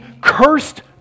cursed